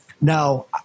Now